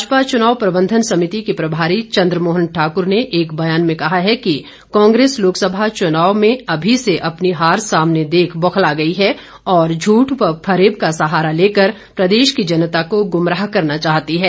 भाजपा चुनाव प्रबंधन समिति के प्रभारी चंद्रमोहन ठाकुर ने एक बयान में कहा कि कांग्रेस लोकसभा चुनाव में अभी से अपनी हार सामने देख बौखला गई है और झूठ व फेब का सहारा लेकर प्रदेश की जनता को गुमराह करना चाहती है